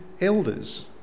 elders